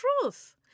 truth